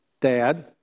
dad